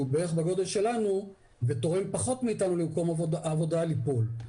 בערך בגודל שלנו ותורם פחות מאתנו למקום העבודה ליפול.